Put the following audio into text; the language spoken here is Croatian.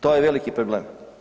To je veliki problem.